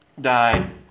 died